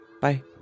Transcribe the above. Bye